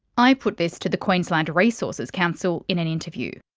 i put this to the queensland resources council in an interview.